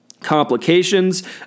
complications